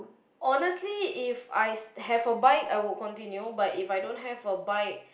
honestly If I have a bike I would continue but If I don't have a bike